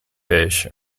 fish